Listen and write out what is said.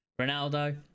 ronaldo